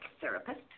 therapist